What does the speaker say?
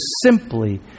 simply